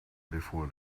before